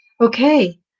okay